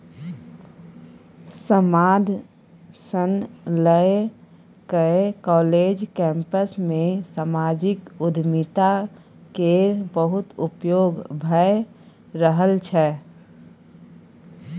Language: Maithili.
समाद सँ लए कए काँलेज कैंपस मे समाजिक उद्यमिता केर बहुत उपयोग भए रहल छै